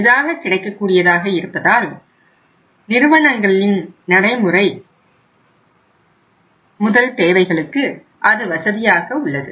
எளிதாக கிடைக்கக்கூடிய கூடியதாக இருப்பதால் நிறுவனங்களின் நடைமுறை தேவைகளுக்கு அது வசதியாக உள்ளது